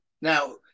Now